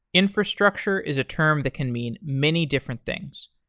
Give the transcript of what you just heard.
infrastructure is a term that can mean many different things,